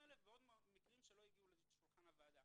האלה וכמו בעוד מקרים שלא הגיעו לשולחן הוועדה.